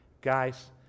guys